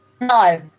No